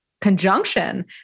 conjunction